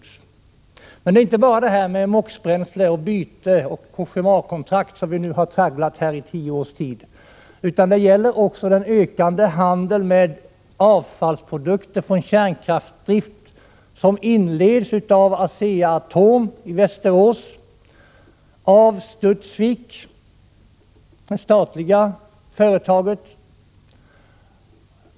Detta gäller inte bara bytet mot MOX-bränsle eller frågan om Cogémakontraktet, som vi här har tjatat om nu i tio års tid. Det gäller också den ökande handeln med avfallsprodukter från kärnkraftsdrift, som inletts av Asea-Atom och av Studsvik, det statliga företaget.